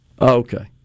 Okay